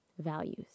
values